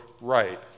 right